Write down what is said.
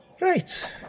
Right